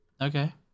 Okay